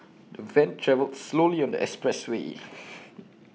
the van travelled slowly on the expressway